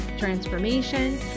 transformation